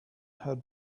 had